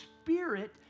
spirit